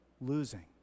losing